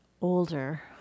older